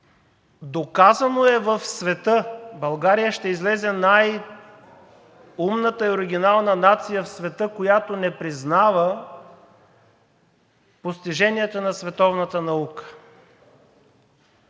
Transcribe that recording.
Доказано е в света. България ще излезе най-умната и оригинална нация в света, която не признава постиженията на световната наука.